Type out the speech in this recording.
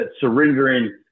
surrendering